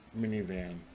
minivan